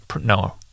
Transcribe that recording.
no